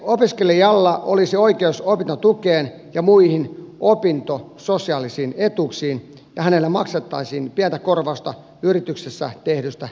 opiskelijalla olisi oikeus opintotukeen ja muihin opintososiaalisiin etuuksiin ja hänelle maksettaisiin pientä korvausta yrityksessä tehdystä työstä